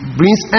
brings